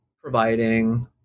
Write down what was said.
providing